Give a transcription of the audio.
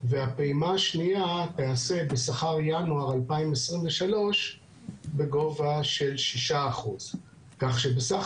והפעימה השנייה תיעשה בשכר ינואר 2023 בגובה של 6%. כך שבסך